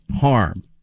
harm